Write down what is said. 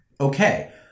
Okay